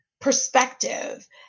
perspective